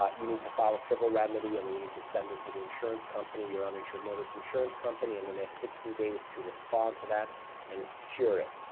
um you need to file a civil remedy and then you need to send it to the insurance company, your uninsured motorist insurance company. and then, they have sixty days to respond to that and cure it.